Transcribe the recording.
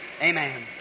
Amen